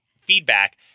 feedback